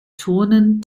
turnen